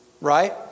Right